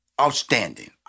outstanding